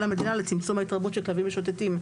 המדינה לצמצום ההתרבות של כלבים משוטטים.